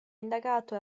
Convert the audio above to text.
indagato